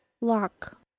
Lock